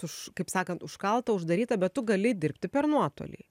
už kaip sakant užkalta uždaryta bet tu gali dirbti per nuotolį